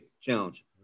challenge